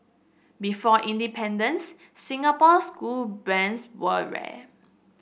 before independence Singapore school brands were rare